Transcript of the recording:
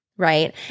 Right